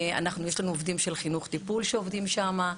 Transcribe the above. אנחנו יש לנו עובדים של חינוך טיפול שעובדים שמה,